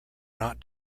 not